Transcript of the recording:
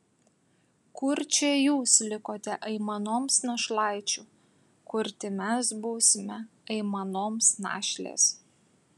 kurčia jūs likote aimanoms našlaičių kurti mes būsime aimanoms našlės